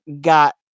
Got